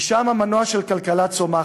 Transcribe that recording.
כי שם המנוע של כלכלה צומחת.